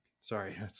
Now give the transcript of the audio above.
Sorry